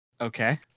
Okay